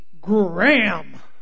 Graham